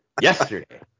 yesterday